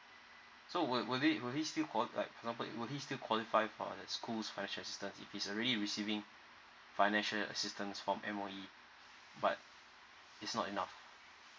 so will will it will he still called like for example will he still qualify for the schools financial assistance if he's already receiving financial assistance from M_O_E but it's not enough